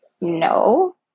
No